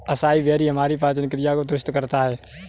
acai berry हमारी पाचन क्रिया को दुरुस्त करता है